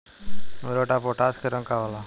Muriate of potash के रंग का होला?